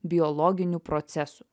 biologinių procesų